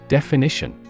Definition